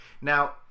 Now